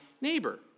neighbor